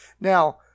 Now